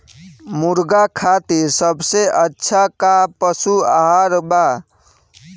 मुर्गा खातिर सबसे अच्छा का पशु आहार बा?